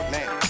Man